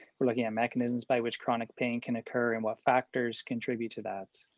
we're looking at mechanisms by which chronic pain can occur. and what factors contribute to that?